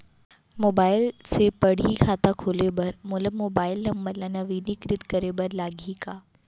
Mobile से पड़ही खाता खोले बर मोला मोबाइल नंबर ल नवीनीकृत करे बर लागही का?